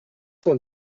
cent